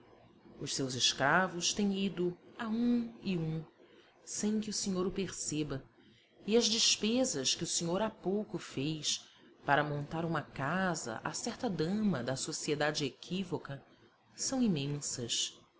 os seus escravos têm ido a um e um sem que o senhor o perceba e as despesas que o senhor há pouco fez para montar uma casa a certa dama da sociedade equívoca são imensas